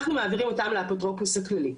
אנחנו מעבירים אותם לאפוטרופוס הכללי,